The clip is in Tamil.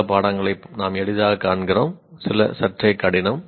சில பாடங்களை நாம் எளிதாகக் காண்கிறோம் சில சற்றே கடினம்